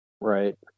Right